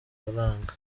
amafaranga